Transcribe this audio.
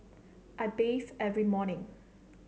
I bathe every morning